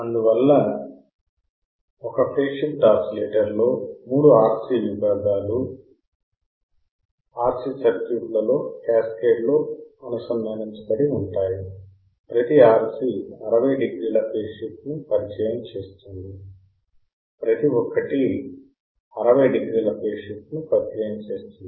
అందువల్ల ఒక phase shift ఆసిలేటర్లో 3 R విభాగాలు RC సర్క్యూట్లలో క్యాస్కేడ్లో అనుసంధానించబడి ఉంటాయి ప్రతి RC 60 డిగ్రీల ఫేజ్ షిఫ్ట్ ను పరిచయం చేస్తుంది ప్రతి ఒక్కటి C 60 డిగ్రీల ఫేజ్ షిఫ్ట్ ను పరిచయం చేస్తుంది